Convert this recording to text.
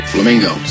Flamingo